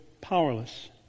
powerless